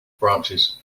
branches